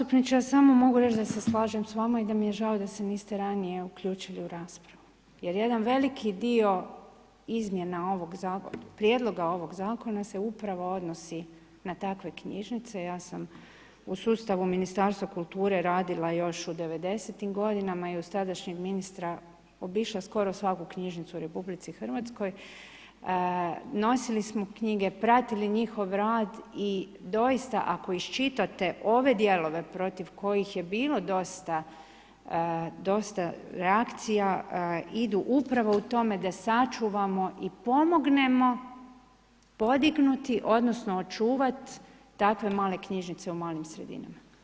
Poštovani gospodine zastupniče, ja samo mogu reći da se slažem s vama i da mi je žao da se niste ranije uključili u raspravu jer jedan veliki dio izmjena prijedloga ovog zakona se upravo odnosi na takve knjižnice, ja sam u sustavu Ministarstva kulture radila još u 90-tim godinama i uz tadašnjeg ministra obišla skoro svaku knjižnicu u RH, nosili smo knjige, pratili njihov rad i doista ako iščitate ove dijelove protiv kojih je bilo dosta reakciju, idu upravo u tome da sačuvamo i pomognemo podignuti odnosno očuvat takve male knjižice u malim sredinama.